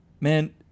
man